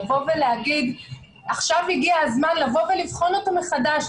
לבוא ולהגיד שעכשיו הגיע הזמן לבחון אותו מחדש,